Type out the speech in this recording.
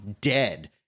dead